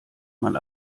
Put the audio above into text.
man